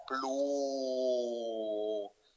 blue